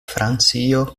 francio